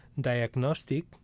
diagnostic